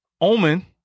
Omen